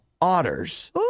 otters